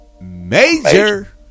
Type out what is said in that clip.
Major